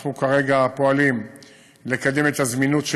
אנחנו כרגע פועלים לקדם את הזמינות של